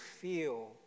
feel